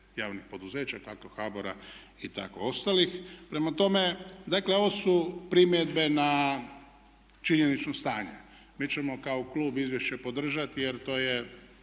javnih poduzeća kako HBOR-a i tako ostalih. Prema tome, dakle ovo su primjedbe na činjenično stanje. Mi ćemo kao klub izvješće podržati jer to je